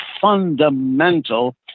fundamental